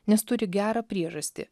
nes turi gerą priežastį